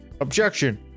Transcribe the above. Objection